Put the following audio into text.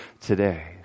today